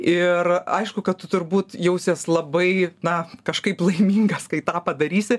ir aišku kad tu turbūt jausies labai na kažkaip laimingas kai tą padarysi